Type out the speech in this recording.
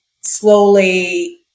slowly